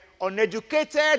uneducated